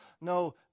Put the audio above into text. No